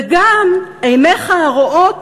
וגם עיניך הרואות,